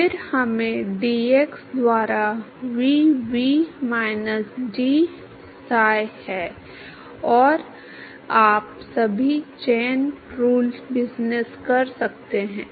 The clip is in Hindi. फिर से ये तालिकाएँ जादू से नहीं आईं किसी ने वास्तव में इस विभेदक समीकरणों के लिए इन सभी संख्याओं को श्रमसाध्य रूप से तैयार किया है